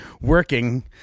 working